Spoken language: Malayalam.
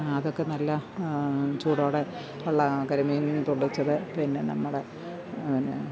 അതൊക്കെ നല്ല ചൂടോടെ ഉള്ള കരിമീൻ പൊള്ളിച്ചത് പിന്നെ നമ്മുടെ എന്നാ